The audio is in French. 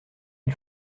ils